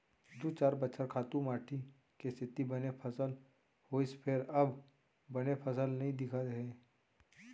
दू चार बछर खातू माटी के सेती बने फसल होइस फेर अब बने फसल नइ दिखत हे